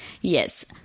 Yes